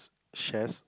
chest